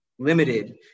limited